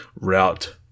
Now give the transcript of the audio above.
route